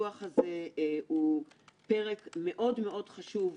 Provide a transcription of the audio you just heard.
חבר הכנסת איתן כבל עוד מהיותו עוזר פרלמנטרי,